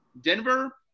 Denver